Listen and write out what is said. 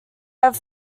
have